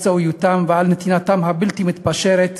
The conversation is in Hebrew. על מקצועיותם ועל נתינתם הבלתי-מתפשרת